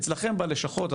אצלכם בלשכות,